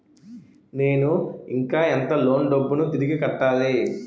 నేను ఇంకా ఎంత లోన్ డబ్బును తిరిగి కట్టాలి?